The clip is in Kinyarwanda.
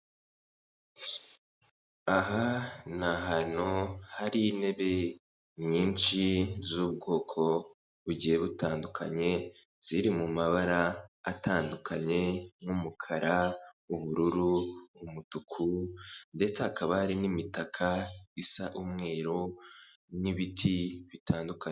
Aha ni ahantu hari intebe nyinshi z'ubwoko bugiye butandukanye, ziri mu mabara atandukanye n'umukara, ubururu, umutuku, ndetse hakaba hari n'imitaka isa umweru, n'ibiti bitandukanye.